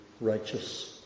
righteous